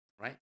right